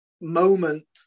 moment